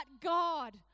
God